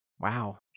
Wow